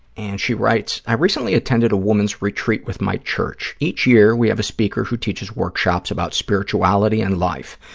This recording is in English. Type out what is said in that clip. and she writes, i recently attended a women's retreat with my church. each year, we have a speaker who teaches workshops about spirituality and life.